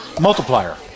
multiplier